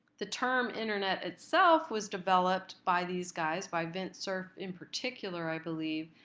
the term internet itself was developed by these guys, by vint cerf in particular, i believe,